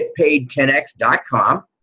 getpaid10x.com